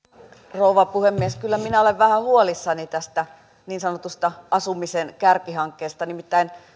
rouva puhemies kyllä minä olen vähän huolissani tästä niin sanotusta asumisen kärkihankkeesta nimittäin